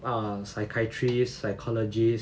err psychiatrist psychologist